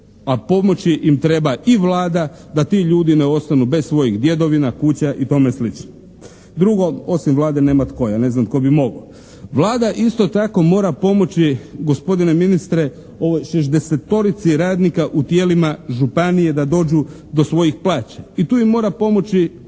a pomoći im treba i Vlada da ti ljudi ne ostanu bez svojih djedovina, kuća i tome slično. Drugo osim Vlade nema tko, ja ne znam tko bi mogao. Vlada isto tako mora pomoći gospodine ministre ovoj šezdesetorici radnika u tijelima županije da dođu do svojih plaće i tu im mora pomoći